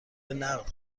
نقد